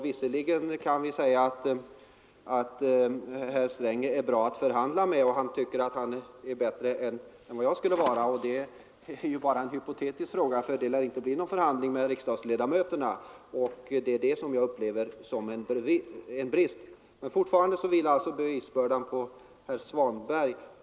Visserligen kan man säga att herr Sträng är bra att förhandla med — bättre än jag skulle vara — men det är bara en hypotetisk frågeställning, för det lär inte bli någon förhandling med riksdagsledamöterna, och det är det jag upplever som en brist. Bevisbördan vilar alltså fortfarande på herr Svanberg.